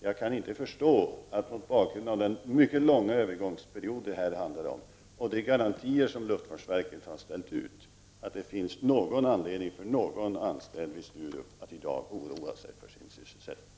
Jag kan inte förstå att det, mot bakgrund av den mycket långa övergångsperiod som det handlar om i detta sammanhang och de garantier som luftfartsverket har ställt, finns någon anledning för någon anställd på Sturup att i dag oroa sig för sin sysselsättning.